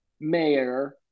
mayor